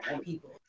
People